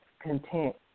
content